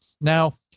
Now